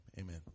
Amen